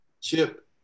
Chip